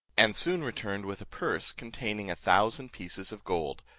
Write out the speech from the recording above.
and soon returned with a purse containing a thousand pieces of gold,